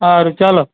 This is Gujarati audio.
સારું ચાલો